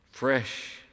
Fresh